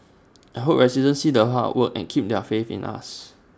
I hope residents see the hard work and keep their faith in us